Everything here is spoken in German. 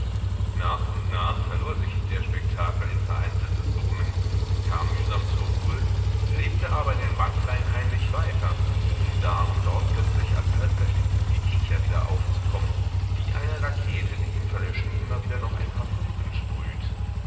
nach und nach verlor sich der spektakel in vereinzeltes brummen kam mühsam zur ruhe lebte aber in den bankreihen heimlich weiter um da und dort plötzlich als halbersticktes gekicher wieder aufzukommen wie eine rakete die im verlöschen immer wieder noch ein paar funken sprüht